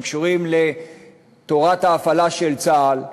הם קשורים לתורת ההפעלה של צה"ל,